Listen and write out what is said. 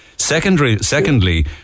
Secondly